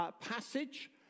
passage